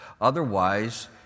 Otherwise